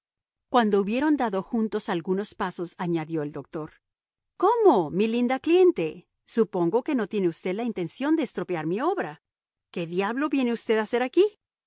cuando hubieron dado juntos algunos pasos añadió el doctor cómo mi linda cliente supongo que no tiene usted la intención de estropear mi obra qué diablo viene usted a hacer aquí